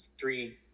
three